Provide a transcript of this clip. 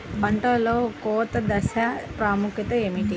పంటలో కోత దశ ప్రాముఖ్యత ఏమిటి?